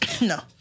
No